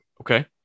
Okay